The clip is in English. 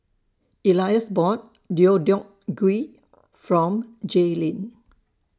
Elias bought Deodeok Gui from Jaylynn